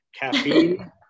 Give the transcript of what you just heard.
caffeine